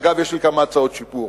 אגב, יש לי כמה הצעות שיפור.